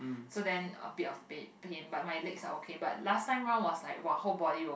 so then a bit was back pains but my leg are okay but last time one was like !wah! whole body will